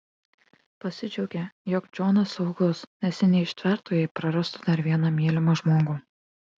pasidžiaugė jog džonas saugus nes ji neištvertų jei prarastų dar vieną mylimą žmogų